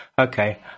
Okay